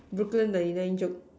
brooklyn ninety nine joke